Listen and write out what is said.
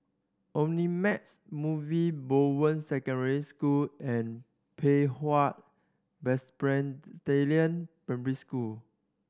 Omnimax Movies Bowen Secondary School and Pei Hwa Presbyterian Primary School